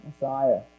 Messiah